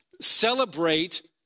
Celebrate